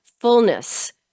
fullness